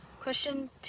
Question